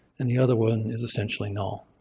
and the other one is essentially null.